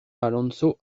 alonso